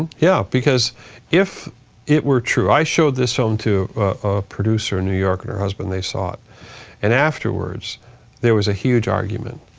and yeah, because if it were true, i showed this film to a producer in new york and her husband, they saw it and afterwards there was a huge argument.